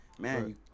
Man